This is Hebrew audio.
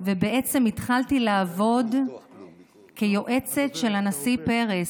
ובעצם התחלתי לעבוד כיועצת של הנשיא פרס.